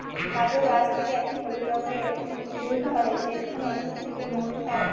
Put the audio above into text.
গাজর গাছ থেকে একটি হলুদ রঙের ফুল ধরে সেখান থেকে মৌরি হয়